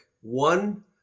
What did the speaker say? one